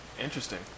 Interesting